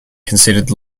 considered